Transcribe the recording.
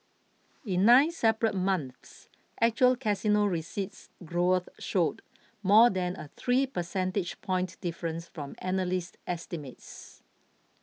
in nine separate months actual casino receipts growth showed more than a three percentage point difference from analyst estimates